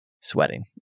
sweating